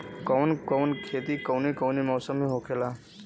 कवन कवन खेती कउने कउने मौसम में होखेला?